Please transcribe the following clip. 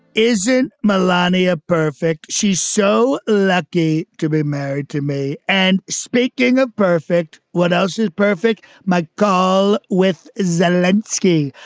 isn't melania perfect? she's so lucky to be married to me. and speaking of perfect, what else is perfect? my call with zelinski.